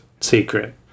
secret